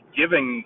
giving